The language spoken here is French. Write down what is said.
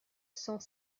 cent